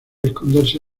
esconderse